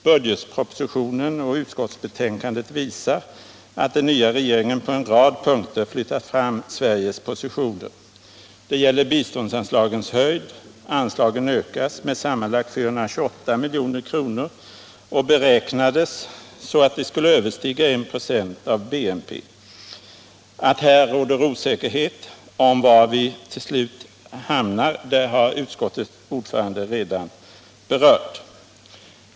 Bud getpropositionen och utskottsbetänkandet visar att den nya regeringen på en rad punkter flyttat fram Sveriges positioner. Det gäller biståndsanslagets höjd: anslagen ökas med sammanlagt 428 milj.kr. och har beräknats så att de skulle överstiga 1 96 av BNP. Att här råder osäkerhet om var vi till slut hamnar har utskottets ordförande redan berört.